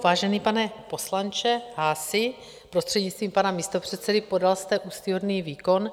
Vážený pane poslanče Haasi, prostřednictvím pana místopředsedy, podal jste úctyhodný výkon.